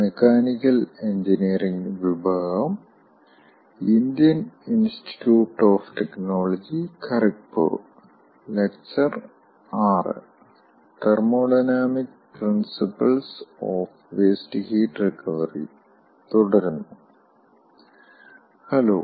Mick principles of waste heat recovery തുടരുന്നു hello